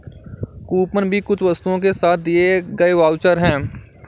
coupon भी कुछ वस्तुओं के साथ दिए गए वाउचर है